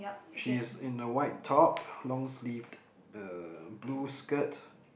she's in a white top long sleeved uh blue skirt